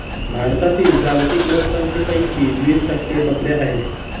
भारतातील जागतिक लोकसंख्येपैकी वीस टक्के बकऱ्या आहेत